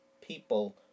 people